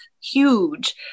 huge